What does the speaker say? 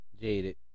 Jaded